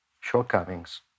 shortcomings